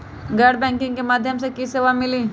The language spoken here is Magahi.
गैर बैंकिंग के माध्यम से की की सेवा मिली?